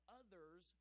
others